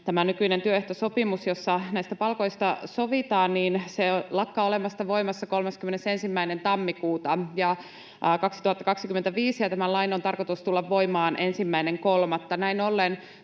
Tämä nykyinen työehtosopimus, jossa näistä palkoista sovitaan, lakkaa olemasta voimassa 31. tammikuuta 2025, ja tämän lain on tarkoitus tulla voimaan 1.3.